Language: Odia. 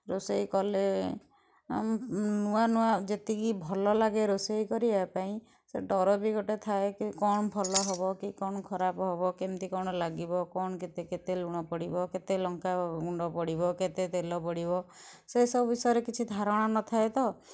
ରୋଷେଇ କଲେ ନୂଆ ନୂଆ ଯେତିକି ଭଲ ଲାଗେ ରୋଷେଇ କରିବା ପାଇଁ ସେ ଡର ବି ଗୋଟେ ଥାଏ କି କଣ ଭଲ ହେବ କି କଣ ଖରାପ ହେବ କେମିତି କଣ ଲାଗିବ କଣ କେତେ କେତେ ଲୁଣ ପଡ଼ିବ କେତେ ଲଙ୍କା ଗୁଣ୍ଡ ପଡ଼ିବ କେତେ ତେଲ ପଡ଼ିବ ସେ ସବୁ ବିଷୟରେ କିଛି ଧାରଣା ନଥାଏ ତ